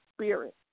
spirit